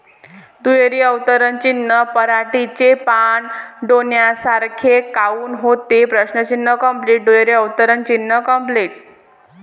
पराटीचे पानं डोन्यासारखे काऊन होते?